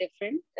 different